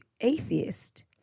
atheist